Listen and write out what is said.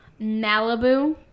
Malibu